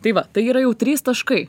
tai va tai yra jau trys taškai